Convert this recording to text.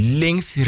links